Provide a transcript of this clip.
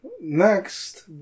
next